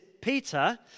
peter